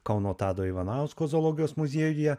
kauno tado ivanausko zoologijos muziejuje